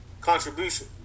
contribution